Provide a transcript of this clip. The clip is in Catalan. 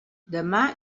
demà